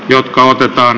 joukko otetaan